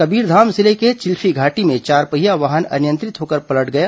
कबीरधाम जिले के चिल्फीघाटी में चारपहिया वाहन अनियंत्रित होकर पलट गई